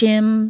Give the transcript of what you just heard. Jim